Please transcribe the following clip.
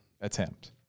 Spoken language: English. Attempt